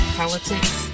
politics